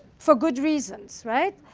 for good reasons, right?